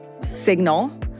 signal